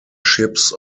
ships